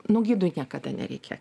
nu gidui niekada nereikia